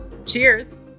Cheers